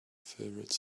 favorite